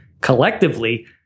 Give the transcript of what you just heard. Collectively